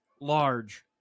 large